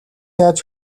яаж